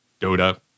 Dota